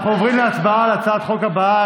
אנחנו עוברים להצבעה על הצעת החוק הבאה,